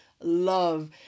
love